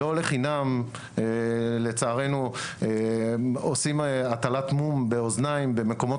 לא לחינם לצערנו עושים הטלת מום באוזניים במקומות